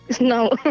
No